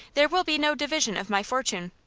there will be no division of my fortune.